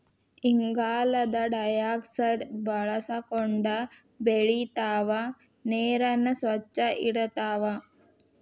ಇಂಗಾಲದ ಡೈಆಕ್ಸೈಡ್ ಬಳಸಕೊಂಡ ಬೆಳಿತಾವ ನೇರನ್ನ ಸ್ವಚ್ಛ ಇಡತಾವ